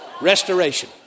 Restoration